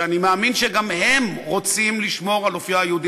שאני מאמין שגם הם רוצים לשמור על אופייה היהודי